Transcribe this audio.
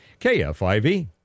KFIV